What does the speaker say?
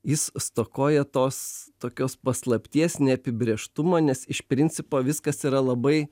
jis stokoja tos tokios paslapties neapibrėžtumo nes iš principo viskas yra labai